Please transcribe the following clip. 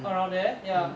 around there ya